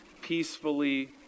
peacefully